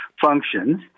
functions